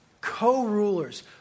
co-rulers